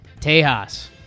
Tejas